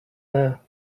there